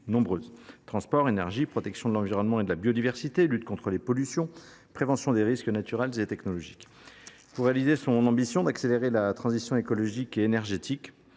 nombreuses – transport, énergie, protection de l’environnement et de la biodiversité, lutte contre les pollutions, prévention des risques naturels et technologiques. Pour réaliser son ambition d’accélérer la transition écologique et énergétique,